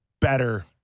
better